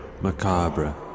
Macabre